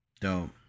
Dope